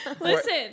Listen